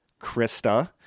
Krista